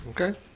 Okay